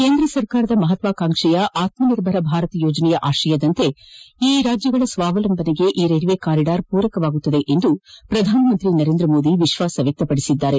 ಕೇಂದ್ರ ಸರ್ಕಾರದ ಮಹತ್ವಾಕಾಂಕ್ಷೆಯ ಆತ್ಮನಿರ್ಭರ್ ಭಾರತ್ ಯೋಜನೆಯ ಆಶಯದಂತೆ ಈಶಾನ್ಯ ರಾಜ್ಯಗಳ ಸ್ವಾವಲಂಬನೆಗೆ ಈ ರೈಲ್ವೆ ಕಾರಿಡಾರ್ ಪೂರಕವಾಗಲಿದೆ ಎಂದು ಪ್ರಧಾನ ಮಂತ್ರಿ ನರೇಂದ್ರ ಮೋದಿ ವಿಶ್ವಾಸ ವ್ಯಕ್ತಪಡಿಸಿದ್ದಾರೆ